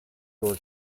door